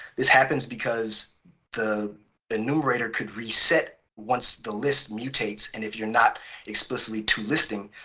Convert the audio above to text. this happens because the enumerator could reset once the list mutates. and if you're not explicitly to listing,